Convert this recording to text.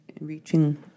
reaching